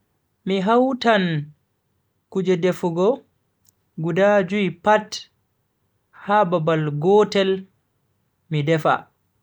Mi hautan kuje defugo guda jui pat ha babal gotel mi defa.